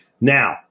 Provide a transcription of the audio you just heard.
now